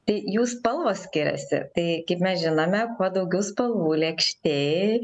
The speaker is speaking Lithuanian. tai jų spalvos skiriasi tai kaip mes žinome kuo daugiau spalvų lėkštėj